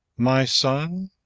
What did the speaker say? my son!